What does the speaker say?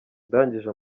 ndangije